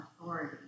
authority